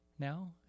now